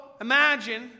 imagine